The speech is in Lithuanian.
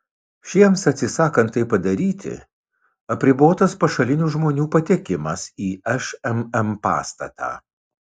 šiems atsisakant tai padaryti apribotas pašalinių žmonių patekimas į šmm pastatą